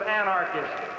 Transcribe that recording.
anarchists